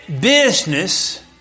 business